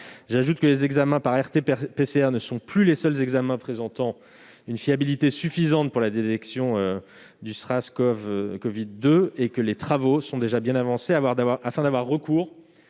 J'ajoute que les tests par RT-PCR ne sont plus les seuls examens présentant une fiabilité suffisante pour la détection du covid-19. Les travaux sont déjà bien avancés pour nous